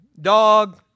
dog